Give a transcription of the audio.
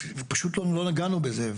פשוט לא נגענו בזה.